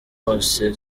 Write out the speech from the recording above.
bose